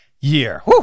year